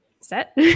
set